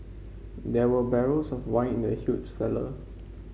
there were barrels of wine in the huge cellar